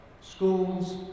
schools